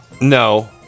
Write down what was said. No